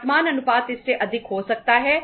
वर्तमान अनुपात इससे अधिक हो सकता है